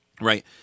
right